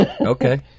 Okay